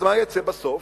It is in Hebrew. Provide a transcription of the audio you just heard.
אז מה יצא בסוף?